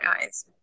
eyes